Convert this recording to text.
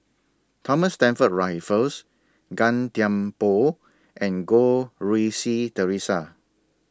Thomas Stamford Raffles Gan Thiam Poh and Goh Rui Si Theresa